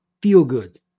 feel-good